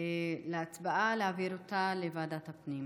ההצעה להעביר את ההצעה לוועדת הפנים?